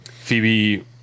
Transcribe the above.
Phoebe